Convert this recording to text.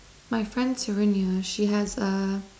my friend Serenia she has a